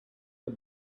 the